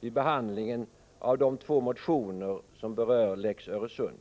vid behandlingen av de två motioner som berör lex Öresund.